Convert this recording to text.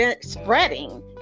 spreading